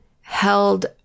held